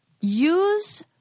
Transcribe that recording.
use